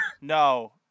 No